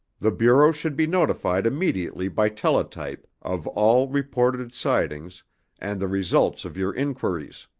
the bureau should be notified immediately by teletype of all reported sightings and the results of your inquiries.